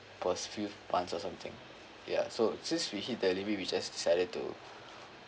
first few months or something ya so since we hit the limit we just decided to